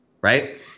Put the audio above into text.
right